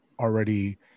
already